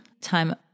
time